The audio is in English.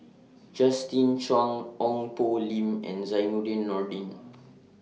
Justin Zhuang Ong Poh Lim and Zainudin Nordin